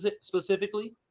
specifically